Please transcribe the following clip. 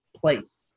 place